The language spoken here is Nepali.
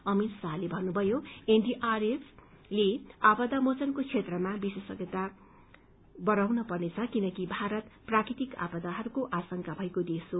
अमित शाहले भन्नुभयो कि एनडीआरएफलाई आपदा मोचन क्षेत्रमा विशेषज्ञता वढ़ाउन पर्नेछ किनकि भारत प्राकृतिक आपदाहरूको आशंका वाला देश हो